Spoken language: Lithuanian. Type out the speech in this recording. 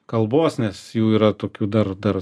kalbos nes jų yra tokių dar dar